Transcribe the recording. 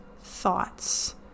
thoughts